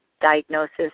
diagnosis